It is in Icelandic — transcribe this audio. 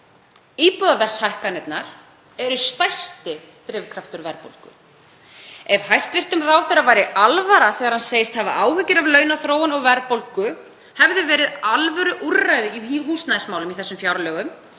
Íbúðaverðshækkanirnar eru stærsti drifkraftur verðbólgu. Ef hæstv. ráðherra væri alvara þegar hann segist hafa áhyggjur af launaþróun og verðbólgu hefði alvöruúrræði í húsnæðismálum í þessum fjárlögum